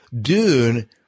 Dune